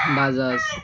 Bajaj